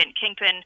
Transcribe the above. Kingpin